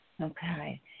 Okay